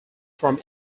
from